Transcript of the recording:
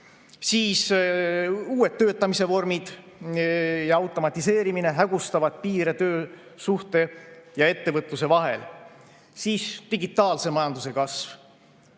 Uued töötamise vormid ja automatiseerimine hägustavad piire töösuhte ja ettevõtluse vahel. Digitaalse majanduse kasv,